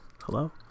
Hello